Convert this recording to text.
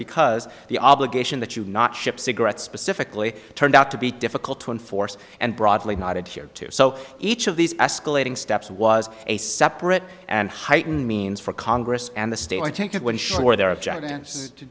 because the obligation that you not ship cigarettes specifically turned out to be difficult to enforce and broadly not adhered to so each of these escalating steps was a separate and heightened means for congress and the state i take it when sure there are chances to